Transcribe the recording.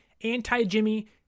anti-Jimmy